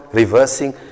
reversing